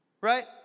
right